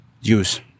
use